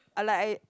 I like I